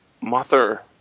mother